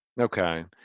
Okay